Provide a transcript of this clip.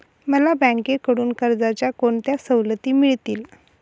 मला बँकेकडून कर्जाच्या कोणत्या सवलती मिळतील?